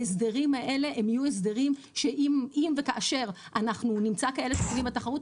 ההסדרים האלה הם יהיו הסדרים שאם וכאשר אנחנו נמצא כאלה דברים בתחרות,